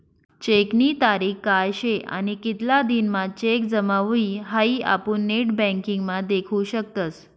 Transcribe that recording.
चेकनी तारीख काय शे आणि कितला दिन म्हां चेक जमा हुई हाई आपुन नेटबँकिंग म्हा देखु शकतस